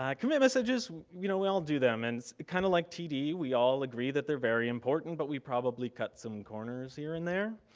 yeah commit messages, you know we all do them. it's kinda like td, we all agree that they're very important, but we probably cut some corners here and there.